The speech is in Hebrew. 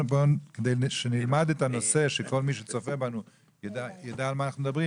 כדי שנלמד את הנושא וכדי שכל מי שצופה בנו יידע על מה אנחנו מדברים